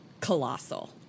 Colossal